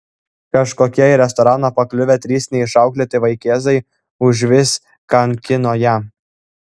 kažkokie į restoraną pakliuvę trys neišauklėti vaikėzai užvis kankino ją